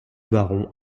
baron